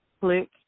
click